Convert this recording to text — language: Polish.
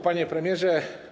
Panie Premierze!